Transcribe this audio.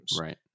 Right